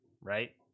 Right